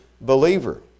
believer